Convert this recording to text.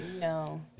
No